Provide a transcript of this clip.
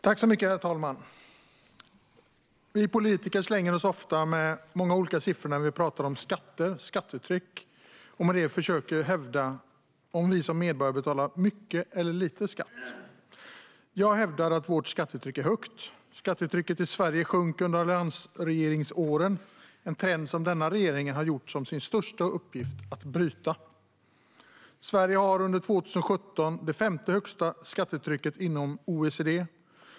Herr talman! Vi politiker slänger oss ofta med många olika siffror när vi talar om skatter och skattetryck och försöker hävda att vi som medborgare betalar mycket eller lite skatt. Jag hävdar att vårt skattetryck är högt. Skattetrycket i Sverige sjönk under alliansregeringsåren, en trend som denna regering har gjort till sin största uppgift att bryta. Sverige hade under 2017 det femte högsta skattetrycket inom OECD.